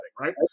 right